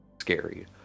scary